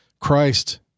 Christ